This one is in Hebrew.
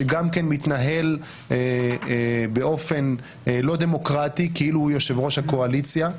שגם כן מתנהל באופן לא דמוקרטי כאילו הוא יושב-ראש הקואליציה,